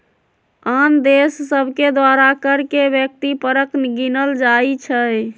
आन देश सभके द्वारा कर के व्यक्ति परक गिनल जाइ छइ